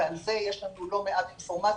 ועל זה יש לנו לא מעט אינפורמציה,